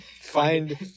find